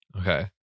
okay